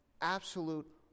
absolute